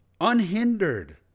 Unhindered